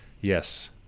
yes